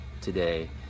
today